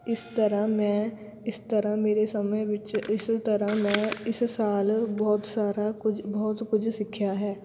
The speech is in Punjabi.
ਇਸ ਤਰ੍ਹਾਂ ਮੈਂ ਇਸ ਤਰ੍ਹਾਂ ਮੇਰੇ ਸਮੇਂ ਵਿੱਚ ਇਸ ਤਰ੍ਹਾਂ ਮੈਂ ਇਸ ਸਾਲ ਬਹੁਤ ਸਾਰਾ ਕੁਝ ਬਹੁਤ ਕੁਝ ਸਿੱਖਿਆ ਹੈ